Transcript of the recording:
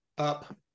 up